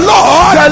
Lord